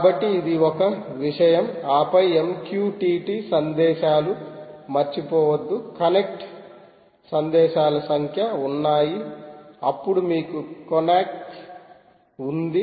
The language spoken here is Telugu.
కాబట్టి ఇది ఒక విషయం ఆపై MQTT సందేశాలు మర్చిపోవద్దు కనెక్ట్ సందేశాల సంఖ్య ఉన్నాయి అప్పుడు మీకు కోనాక్క్ ఉంది